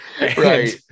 Right